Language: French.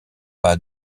pas